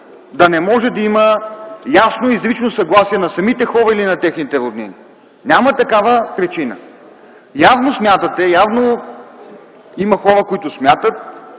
да не може да има ясно и изрично съгласие на самите хора или на техните роднини. Няма такава причина. Явно смятате, явно има хора, които смятат,